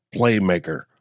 playmaker